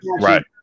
right